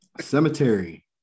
cemetery